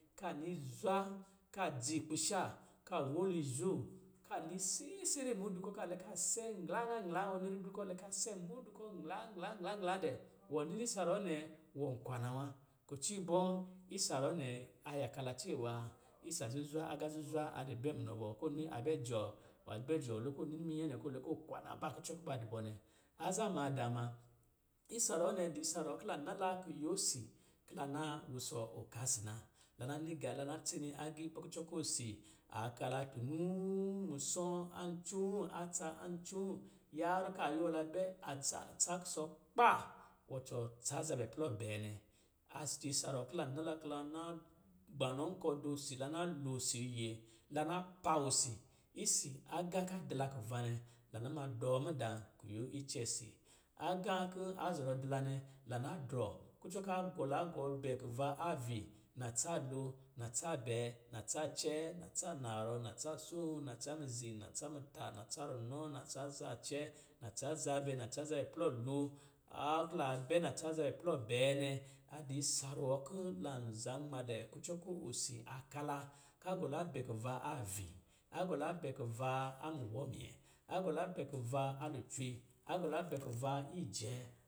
Ka ni zwa, ka dzi kpisha, ka wolo izho, ka ni sɛsɛrɛ mudu kɔ̄ ka lɛ ka se glan gan glan, ɔ ni ribli kɔ̄ lɛ ka se mudu kɔ̄ nglan glan glan dɛ, wɔ nini sa ruwɔ̄ nɛ, wɔ kwana wa, kucɔ ibɔɔ, isa ruwɔ̄ nɛ a yaka cɛwa isa zuzwa, agā zuzwa a di bɛ munɔ bɔ, ko ni a bɛ jɔɔ, a bɛ jɔɔ lɛ kɔ̄ ɔ ni minyɛ nɛ, kɔ̄ lɛ kɔ̄ kwanaa ba kucɔ kɔ̄ ba dɔ bɔ nɛ. Aza maadaa ma, isa ruwɔ̄ nɛ di isa ruwɔ̄ ki lan nala kuyo si ki la na wusɔ ɔka si na. La na ni gā la na tsene agii kucɔ osi a ka la tunuu musɔ̄ ancoo a tsa ancoo yarrɔ ka yuwɔ la bɛ a tsa tsa kucɔkpa, wɔtɔ, tsa zabɛ plɔ bɛɛ nɛ. A dɔ isa ruwɔ̄ kila naki ki la na gbanɔɔ nkɔ̄ dɔ si ne, la na lo osi iye, la na paa osi isi agā ka di la kuva nɛ, la na ma dɔ mudaa kuyo icɛsi. Agā kɔ̄ a zɔrɔ di la nɛ lan na drɔ kucɔ ka a gɔ la gɔ bɛ kuva avi na tsa lo, na tsa bɛɛ, na tsa cɛɛ, na tsa narɔ, na tsa soo, na tsa mizi, na tsa muta, na tsa runɔ, na tsa zacɛɛ, na tsa zabɛ, na tsa zabɛ plɔ lo, harrɔ ki la bɛ na tsa zabɛ plɔ bɛɛ nɛ, a di isa ruwɔ̄ kɔ̄ lan zanmalɛ kucɔ kɔ̄ osi a ka la, ka gɔ la bɛ kuva avi, a gɔ la bɛ kuva a muwɔ minyɛ, a gɔ la bɛ kuva a lucwe, a gɔ bɛ kuva ijɛɛ